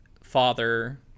father